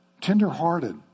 Tenderhearted